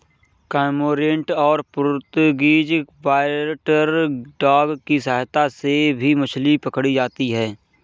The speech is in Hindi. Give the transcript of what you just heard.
कर्मोंरेंट और पुर्तगीज वाटरडॉग की सहायता से भी मछली पकड़ी जाती है